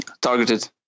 targeted